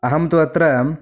अहं तु अत्र